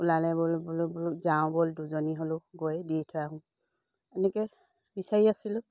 ওলালে ব'ল বোলো বোলো যাওঁ ব'ল দুজনী হ'লেও গৈ দি থৈ আহোঁ এনেকৈ বিচাৰি আছিলোঁ